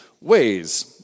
ways